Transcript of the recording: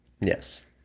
Yes